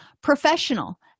Professional